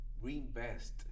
reinvest